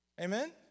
Amen